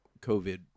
COVID